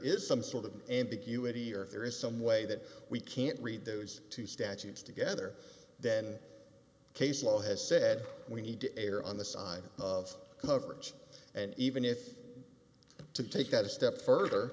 is some sort of ambiguity or if there is some way that we can't read those two statutes together then case law has said we need to err on the side of coverage and even if to take that a step further